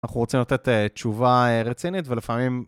אנחנו רוצים לתת תשובה רצינית ולפעמים...